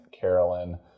Carolyn